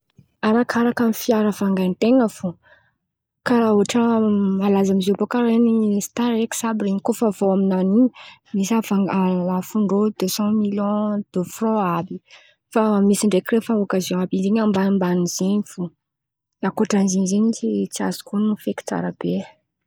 Izy io koa ma zen̈y arakaraka fiara vangain-ten̈a fo karà ohatra malaza amizô baka starekisa koa fa vô amin̈any io misy alafo ndrô desan miliôn defran àby Fa misy ndraiky rehefa okazion àby in̈y amban̈nimban̈iny zen̈y fo ankoatra ny zen̈y tsy azoko honon̈o feky tsarabe ai.